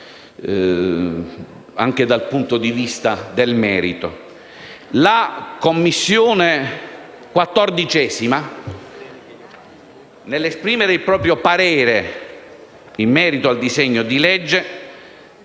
La Commissione 14a, nell'esprimere il proprio parere in merito al disegno di legge,